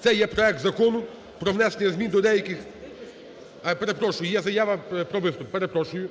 це є проект Закону про внесення змін до деяких… Перепрошую, є заява про виступ. Перепрошую